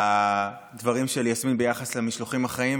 לדברים של יסמין ביחס למשלוחים החיים.